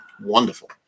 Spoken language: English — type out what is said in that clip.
wonderful